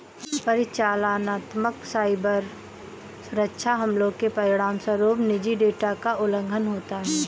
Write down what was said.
परिचालनात्मक साइबर सुरक्षा हमलों के परिणामस्वरूप निजी डेटा का उल्लंघन होता है